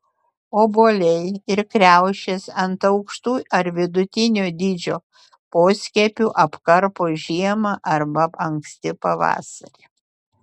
obuoliai ir kriaušės ant aukštų ar vidutinio dydžio poskiepių apkarpo žiemą arba anksti pavasarį